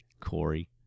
Corey